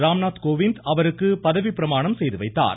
ராம்நாத் கோவிந்த் அவருக்கு பதவிப்பிரமாணம் செய்து வைத்தார்